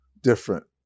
different